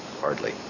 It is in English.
Hardly